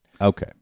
Okay